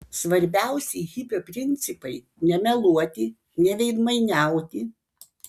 svarbiausi hipio principai nemeluoti neveidmainiauti